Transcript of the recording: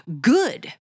good